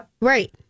Right